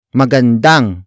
magandang